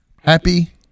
Happy